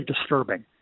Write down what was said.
disturbing